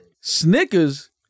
Snickers